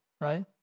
right